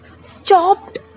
stopped